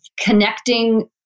connecting